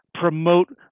promote